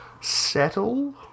settle